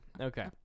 Okay